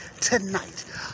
Tonight